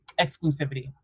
exclusivity